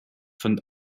fand